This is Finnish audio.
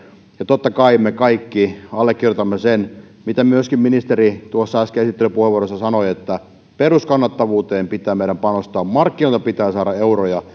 ja totta kai me kaikki allekirjoitamme sen mitä myöskin ministeri tuossa äsken esittelypuheenvuorossa sanoi että peruskannattavuuteen pitää meidän panostaa markkinoilta pitää saada euroja